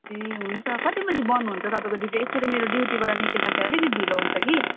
ए हुन्छ कति बजे बन्द हुन्छ तपाईँको ड्युटी एकचोटि मेरो ड्युटीबाट निक्लिदाखेरि अलिक ढिलो हुन्छ कि